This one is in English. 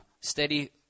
steady